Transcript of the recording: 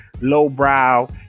lowbrow